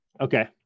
Okay